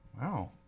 wow